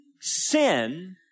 sin